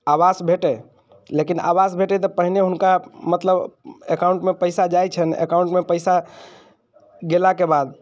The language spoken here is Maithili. आवास भेटै लेकिन आवास भेटै तऽ पहिने हुनका मतलब अकाउंटमे पैसा जाइत छनि अकाउंटमे पैसा गेलाके बाद